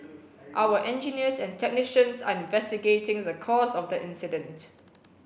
our engineers and technicians are investigating the cause of the incident